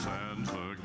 Santa